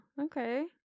okay